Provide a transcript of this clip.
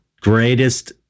greatest